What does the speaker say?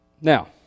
Now